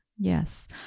Yes